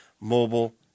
mobile